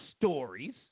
stories